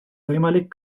võimalik